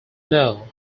know